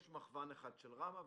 יש מכוון אחד של ראמ"ה,